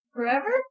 Forever